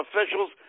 officials